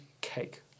cake